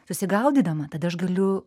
susigaudydama tada aš galiu